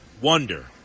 wonder